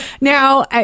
Now